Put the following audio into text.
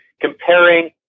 comparing